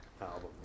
album